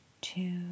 two